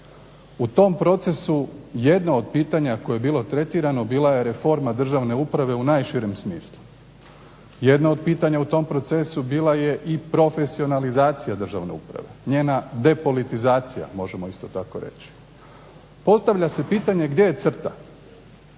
U tom procesu jedno od pitanja koje je bilo tretirano bila je reforma državne uprave u najširem smislu. Jedna od pitanja u tom procesu bila je i profesionalizacija državne uprave, njena depolitizacija možemo isto tako reći. Postavlja se pitanje gdje je crta.